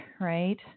right